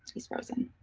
he's frozen.